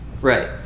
right